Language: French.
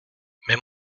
mais